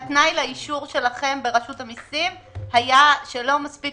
כשהתנאי לאישור שלכם ברשות המיסים היה שלא מספיק